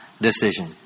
decision